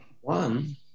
One